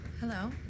Hello